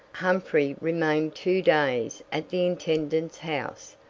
humphrey remained two days at the intendant's house,